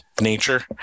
nature